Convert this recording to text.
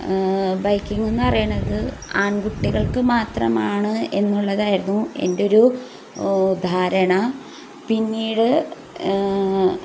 ബൈക്കിങ്ങെന്നു പറയണത് ആൺകുട്ടികൾക്ക് മാത്രമാണ് എന്നുള്ളതായിരുന്നു എൻ്റെയൊരു ധാരണ പിന്നീട്